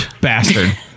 bastard